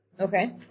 Okay